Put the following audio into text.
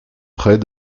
près